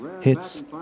hits